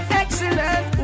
excellent